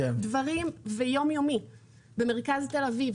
זה דבר יום-יומי במרכז תל אביב.